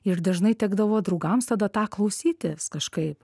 ir dažnai tekdavo draugams tada tą klausytis kažkaip